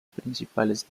principales